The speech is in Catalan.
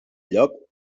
lloc